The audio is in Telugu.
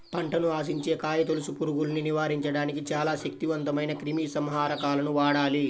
పంటను ఆశించే కాయతొలుచు పురుగుల్ని నివారించడానికి చాలా శక్తివంతమైన క్రిమిసంహారకాలను వాడాలి